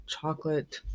chocolate